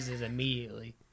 immediately